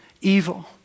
evil